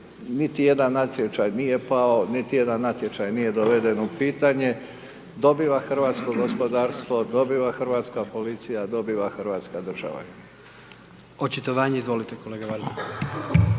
niti jedan natječaj nije pao, niti jedan natječaj nije doveden u pitanje, dobiva hrvatsko gospodarstvo, dobiva hrvatska policija, dobiva Hrvatska država.